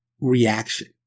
reaction